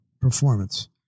performance